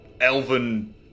elven